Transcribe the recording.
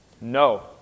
No